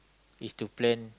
is to plan